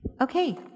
Okay